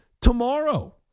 Tomorrow